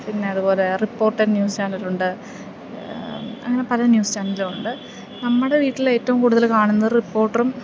പിന്നെ അതുപോലെ Reporter news ചാനലൊണ്ട് അങ്ങനെ പല ന്യൂസ് ചാനലൊണ്ട് നമ്മുടെ വീട്ടിലെ ഏറ്റവും കൂടുതൽ കാണുന്നത് റിപ്പോർട്ടറും